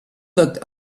looked